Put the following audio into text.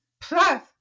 Plus